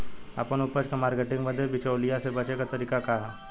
आपन उपज क मार्केटिंग बदे बिचौलियों से बचे क तरीका का ह?